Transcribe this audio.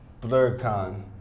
Blurcon